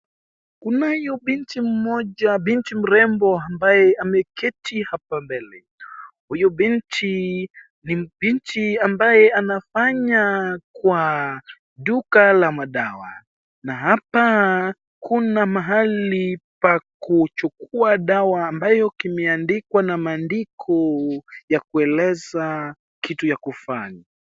Kunaye binti mmoja binti mmoja ambaye ameketi hapa mbele, uyu binti ni binti ambaye anafanya kwa duka la madawa, na hapa kuna mahali pa kuchukua ambayo kimeandikwa na maandiko ya kueleza kitu ya kufanya.